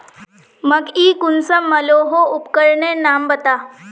मकई कुंसम मलोहो उपकरनेर नाम बता?